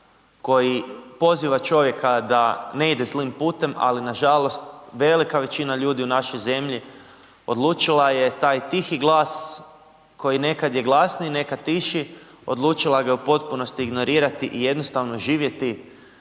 koji poziva čovjeka da ne ide zlim putem, ali nažalost velika većina ljudi u našoj zemlji odlučila je taj tihi glas koji nekada je glasniji, nekada tiši, odlučila ga je u potpunosti ignorirati i jednostavno živjeti